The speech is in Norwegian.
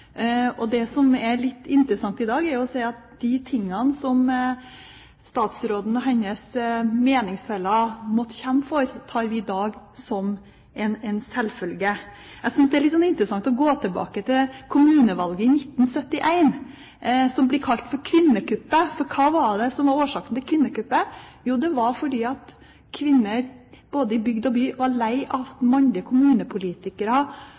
for. Det som er litt interessant, er å se at det som statsråden og hennes meningsfeller måtte kjempe for, tar vi i dag som en selvfølge. Jeg synes det er interessant å gå tilbake til kommunevalget i 1971, som blir kalt kvinnekuppet. Hva var det som var årsaken til kvinnekuppet? Jo, det var at kvinner i både bygd og by var lei av at mannlige kommunepolitikere